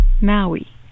Maui